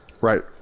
right